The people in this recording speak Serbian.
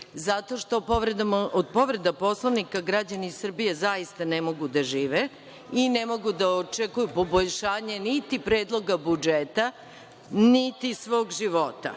zato što od povreda Poslovnika građani Srbije zaista ne mogu da žive i ne mogu da očekuju poboljšanje niti predloga budžeta, niti svog života. Znači,